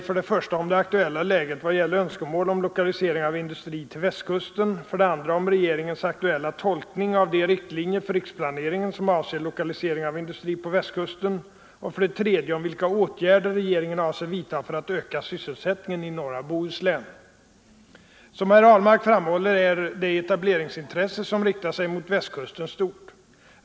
förde: Ang. lokaliseringen Fru talman! Herr Ahlmark har frågat mig av industri till 3. om vilka åtgärder regeringen avser vidta för att öka sysselsättningen i norra Bohuslän. Som herr Ahlmark framhåller är det etableringsintresse som riktar sig mot Västkusten stort.